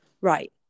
right